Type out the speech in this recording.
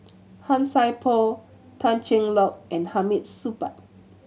Han Sai Por Tan Cheng Lock and Hamid Supaat